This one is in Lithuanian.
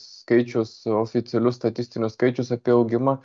skaičius oficialius statistinius skaičius apie augimą